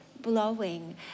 blowing